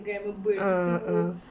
uh uh